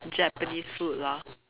Japanese food lor